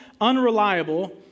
unreliable